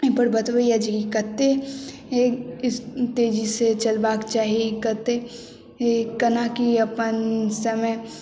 अइ पर बतबैए जे ई कते तेजीसँ चलबाक चाही कते केना कि अपन समय